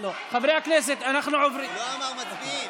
חברי הכנסת, אנחנו עוברים, הוא לא אמר: מצביעים.